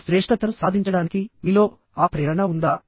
ఆ శ్రేష్ఠతను సాధించడానికి మీలో ఆ ప్రేరణ ఉందా